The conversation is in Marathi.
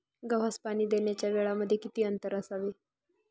गव्हास पाणी देण्याच्या वेळांमध्ये किती अंतर असावे?